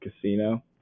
casino